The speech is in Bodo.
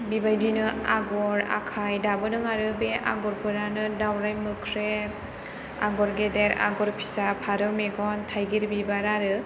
बेबायदिनो आगर आखाय दाबोदों आरो बे आगरफोरानो दावराय मोख्रेब आगर गेदेर आगर फिसा फारौ मेगन थाइगिर बिबार आरो